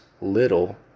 little